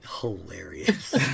hilarious